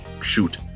shoot